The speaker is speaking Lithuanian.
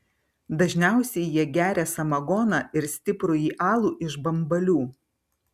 dažniausiai jie geria samagoną ir stiprųjį alų iš bambalių